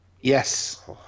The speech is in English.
Yes